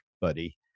buddy